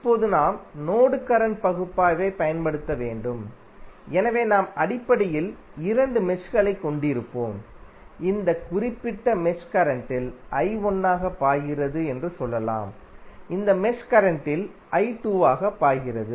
இப்போது நாம் node current பகுப்பாய்வைப் பயன்படுத்த வேண்டும் எனவே நாம் அடிப்படையில் இரண்டு மெஷ்களைக் கொண்டிருப்போம் இந்த குறிப்பிட்ட மெஷ் கரண்ட்டில் I 1ஆக பாய்கிறது என்று சொல்லலாம் இந்த மெஷ் கரண்ட்டில் I 2 ஆக பாய்கிறது